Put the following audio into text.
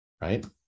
right